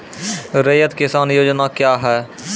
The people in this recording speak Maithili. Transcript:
रैयत किसान योजना क्या हैं?